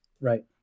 Right